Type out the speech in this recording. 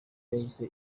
yahise